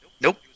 Nope